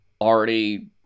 already